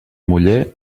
muller